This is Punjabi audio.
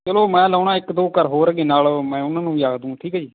ਚਲੋ ਮੈਂ ਲਾਉਂਦਾ ਇੱਕ ਦੋ ਘਰ ਹੋਰ ਹੈਗੇ ਨਾਲ ਮੈਂ ਉਨ੍ਹਾਂ ਨੂੰ ਵੀ ਆਖ ਦੂੰ ਠੀਕ ਹੈ ਜੀ